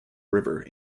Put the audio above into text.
river